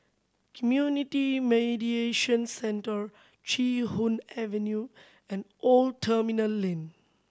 Community Mediation Centre Chee Hoon Avenue and Old Terminal Lane